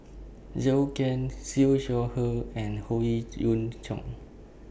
Zhou Can Siew Shaw Her and Howe Yoon Chong